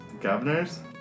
Governors